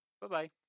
Bye-bye